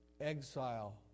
exile